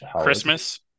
Christmas